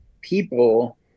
people